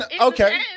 Okay